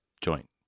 joint